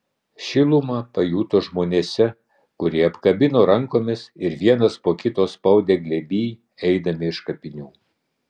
šilumą pajuto žmonėse kurie apkabino rankomis ir vienas po kito spaudė glėby eidami iš kapinių